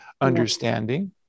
understanding